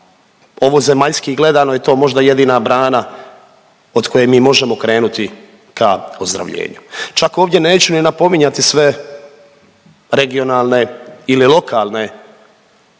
ovozemaljski gledano je to možda jedina brana od koje mi možemo krenuti ka ozdravljenju. Čak ovdje neću ni napominjati sve regionalne ili lokalne